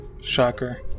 Shocker